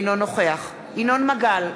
אינו נוכח ינון מגל,